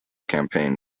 campaign